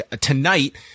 tonight